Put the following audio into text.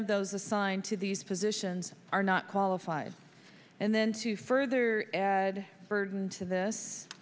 of those assigned to these positions are not qualified and then to further add burden to this